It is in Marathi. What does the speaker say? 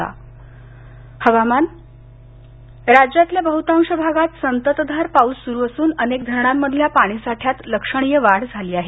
पाऊस हवामान आयएमडी राज्यातल्या बहुतांश भागात संततधार पाऊस सुरु असून अनेक धरणांमधल्या पाणी साठ्यात लक्षणीय वाढ झाली आहे